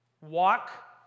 Walk